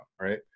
right